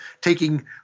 taking